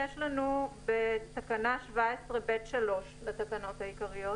בתקנה 17ב(3) לתקנות העיקריות